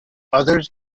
others